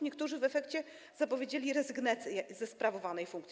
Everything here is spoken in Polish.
Niektórzy w efekcie zapowiedzieli rezygnację ze sprawowanej funkcji.